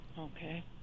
Okay